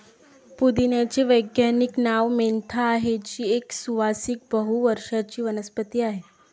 पुदिन्याचे वैज्ञानिक नाव मेंथा आहे, जी एक सुवासिक बहु वर्षाची वनस्पती आहे